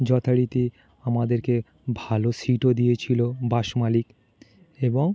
যথারীতি আমাদেরকে ভালো সিটও দিয়েছিলো বাস মালিক এবং